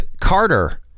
Carter